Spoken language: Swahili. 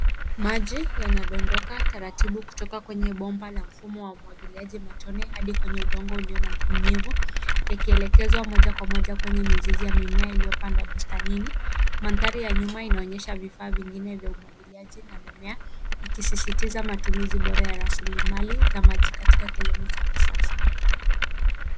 Maji yanadondoka taratibu kutoka kwenye bomba la mfumo wa umwagiliaji matone hadi kwenye udongo ulio na unyevu yakielekezwa moja kwa moja kwenye mizizi ya mimea iliyopandwa bustanini. Mandhari ya nyuma inaonyesha vifaa vingine vya umwagiliaji na mimea ikisisistiza matumizi bora ya rasilimali za maji katika kilimo cha kisasa.